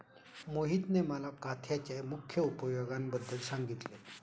मोहितने मला काथ्याच्या मुख्य उपयोगांबद्दल सांगितले